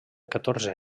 catorze